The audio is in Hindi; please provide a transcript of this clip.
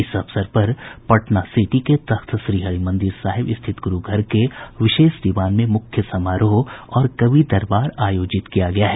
इस अवसर पर पटना सिटी के तख्तश्री हरिमंदिर साहिब स्थित गुरू घर के विशेष दीवान में मुख्य समारोह और कवि दरबार आयोजित किया गया है